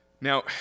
Now